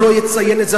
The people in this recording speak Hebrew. אז הוא לא יציין את זה,